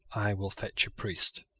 i will fetch a priest.